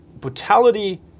brutality